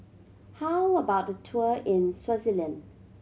how about a tour in Swaziland